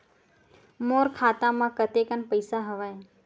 मोर खाता म कतेकन पईसा हवय?